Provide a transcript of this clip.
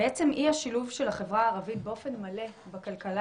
אי השילוב של החברה הערבית באופן מלא בכלכלה